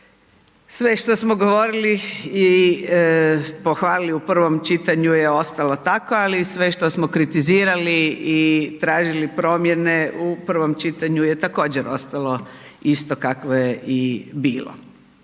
sve što smo govorili i pohvalili u prvom čitanju je ostalo tako ali i sve što smo kritizirali i tražili promjene u prvom čitanju je također ostalo isto kakvo je i bilo.